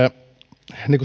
niin